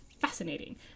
fascinating